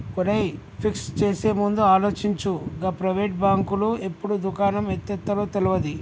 ఒరేయ్, ఫిక్స్ చేసేముందు ఆలోచించు, గా ప్రైవేటు బాంకులు ఎప్పుడు దుకాణం ఎత్తేత్తరో తెల్వది